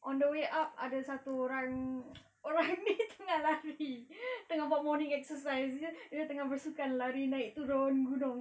on the way up ada satu orang orang ni tengah lari tengah buat morning exercise dia dia tengah bersukan lari naik turun gunung